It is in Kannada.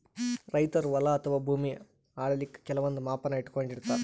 ರೈತರ್ ಹೊಲ ಅಥವಾ ಭೂಮಿ ಅಳಿಲಿಕ್ಕ್ ಕೆಲವಂದ್ ಮಾಪನ ಇಟ್ಕೊಂಡಿರತಾರ್